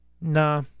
Nah